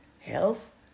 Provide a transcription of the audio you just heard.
health